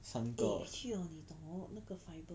eh actually hor 你懂 hor 那个 fibre